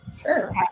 Sure